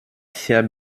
vier